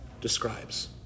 describes